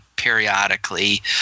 Periodically